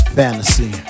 fantasy